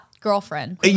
girlfriend